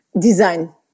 design